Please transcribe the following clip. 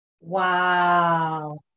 Wow